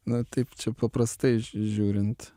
na taip čia paprastai žiūrint